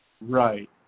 Right